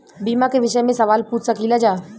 बीमा के विषय मे सवाल पूछ सकीलाजा?